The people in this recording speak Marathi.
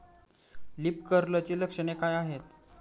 लीफ कर्लची लक्षणे काय आहेत?